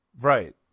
right